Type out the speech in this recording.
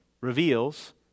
reveals